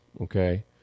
okay